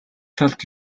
талд